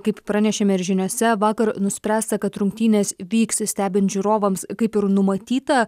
kaip pranešėme ir žiniose vakar nuspręsta kad rungtynės vyks stebint žiūrovams kaip ir numatyta